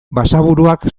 basaburuak